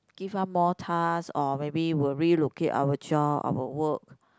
give out more task or maybe will relocate our job our work